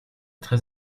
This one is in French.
très